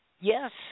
Yes